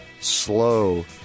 slow